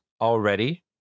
already